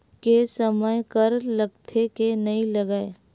के समय कर लगथे के नइ लगय?